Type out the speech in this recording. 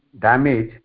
damage